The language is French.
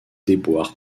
déboires